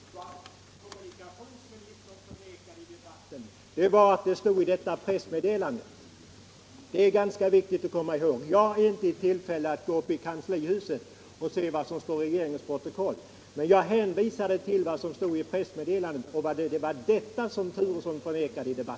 Stockholmsregio Herr talman! Vad kommunikationsministern förnekade i debatten var — nen att pressmeddelandet hade det innehåll som jag redogjorde för. Det är ganska viktigt att komma ihåg. Jag har inte haft tillfälle att gå till kanslihuset för att se vad som står i regeringens protokoll, men jag hänvisade till vad som stod i pressmeddelandet.